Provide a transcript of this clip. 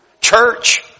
Church